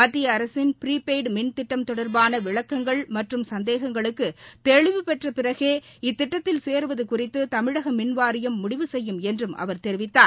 மத்திய அரசின் ப்ரிபெய்டு மின்திட்டம் தொடர்பான விளக்கங்கள் மற்றும் சந்தேகங்களுக்கு தெளிவுபெற்ற பிறகே இத்திட்டத்தில் சேருவது குறித்து தமிழக மின்வாரியம் முடிவு செய்யும் என்றும் அவர் தெரிவித்தார்